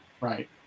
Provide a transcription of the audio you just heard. right